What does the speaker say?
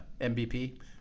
MVP